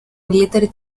military